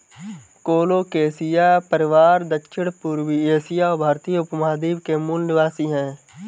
colocasia परिवार दक्षिणपूर्वी Asia और भारतीय उपमहाद्वीप के मूल निवासी है